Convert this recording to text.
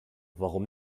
warum